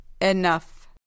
Enough